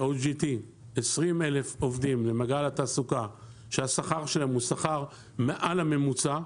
OJT 20,000 עובדים למעגל התעסוקה שהשכר שלהם הוא שכר מעל הממוצע,